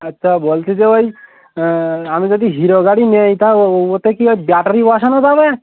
আচ্ছা বলছি যে ওই আমি যদি হিরো গাড়ি নেই তা ওতে কি ব্যাটারি বসানো যাবে